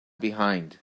behind